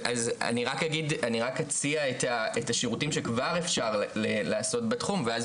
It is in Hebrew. אני רק אציע את השירותים שכבר אפשר לעשות בתחום ואז